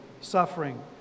suffering